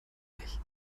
nicht